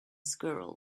squirrel